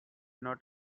not